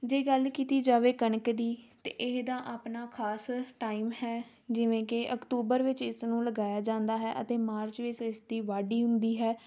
ਜੇ ਗੱਲ ਕੀਤੀ ਜਾਵੇ ਕਣਕ ਦੀ ਤਾਂ ਇਹਦਾ ਆਪਣਾ ਖਾਸ ਟਾਈਮ ਹੈ ਜਿਵੇਂ ਕਿ ਅਕਤੂਬਰ ਵਿੱਚ ਇਸ ਨੂੰ ਲਗਾਇਆ ਜਾਂਦਾ ਹੈ ਅਤੇ ਮਾਰਚ ਵਿੱਚ ਇਸਦੀ ਵਾਢੀ ਹੁੰਦੀ ਹੈ